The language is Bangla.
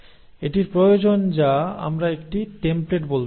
এটির প্রয়োজন যা আমরা একটি টেম্পলেট বলতে পারি